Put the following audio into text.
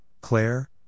Claire